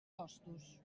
costos